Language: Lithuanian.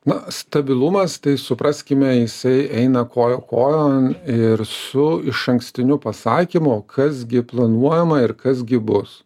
na stabilumas tai supraskime jisai eina koja kojon ir su išankstiniu pasakymu kas gi planuojama ir kas gi bus